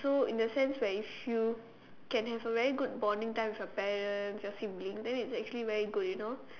so in the sense if you can have a very good bonding time with your parents your siblings then it's actually very good you know